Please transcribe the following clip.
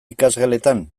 ikasgeletan